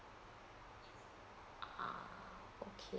ah okay